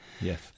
Yes